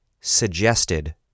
suggested